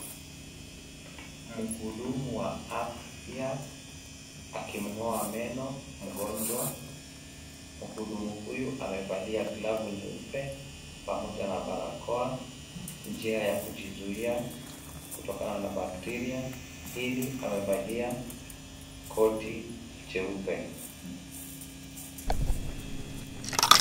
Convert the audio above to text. Mhudumu wa afya akimng'oa meno mgonjwa. Mhudumu huyu amevalia glavu nyeupe pamoja na barakoa, njia ya kujizuia kutokana na bakteria . Pili amevalia koti jeupe.